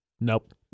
Nope